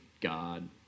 God